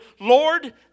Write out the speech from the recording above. Lord